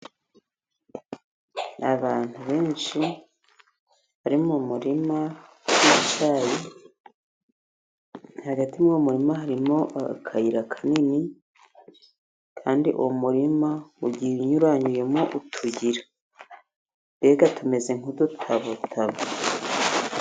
Abantu benshi bari mu murima w'icyayi. Hagati mu murima harimo akayira kanini, kandi uwo murima ugiye unyuranyuyemo utuyira. Mbega tumeze nk'udutabotabo.